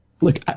look